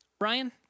Ryan